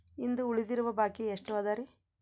ಇಂದು ಉಳಿದಿರುವ ಬಾಕಿ ಎಷ್ಟು ಅದರಿ?